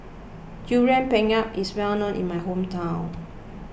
Durian Pengat is well known in my hometown